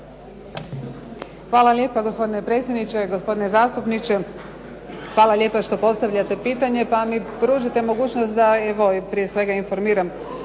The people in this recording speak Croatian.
Hvala lijepa. Gospodine predsjedniče. Gospodine zastupniče, hvala lijepa što postavljate pitanja pa mi pružite mogućnost da evo i prije svega informiram